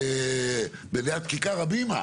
ליד ככר הבימה,